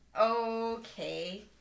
Okay